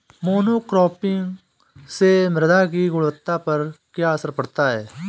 Monocropping से मृदा की गुणवत्ता पर क्या असर पड़ता है?